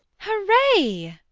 hooray!